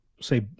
say